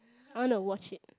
I want to watch it